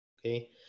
okay